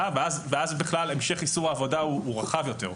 ואז בכלל המשך איסור העבודה הוא רחב יותר.